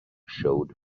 showed